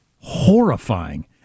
Horrifying